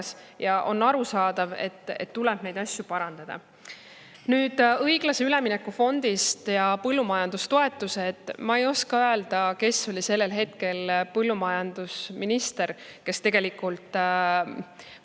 ja on arusaadav, et neid asju tuleb parandada. Nüüd õiglase ülemineku fondist ja põllumajandustoetustest. Ma ei oska öelda, kes oli sel hetkel põllumajandusminister, kes oleks tegelikult võinud